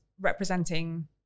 representing